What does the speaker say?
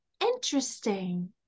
interesting